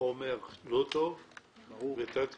חומר לא טוב ותתקינו,